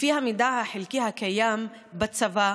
לפי המידע החלקי הקיים בצבא,